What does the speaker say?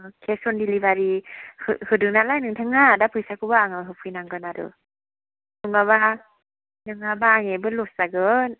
case on delivery होदोंनालाय नोंथाङा दा फैसाखौबो आंनो होफैनांगोन आरो नङाबा आं नङाबा आंनियाबो लस जागोन